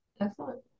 Excellent